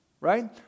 right